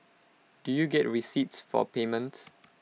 do you get receipts for payments